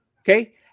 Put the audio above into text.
Okay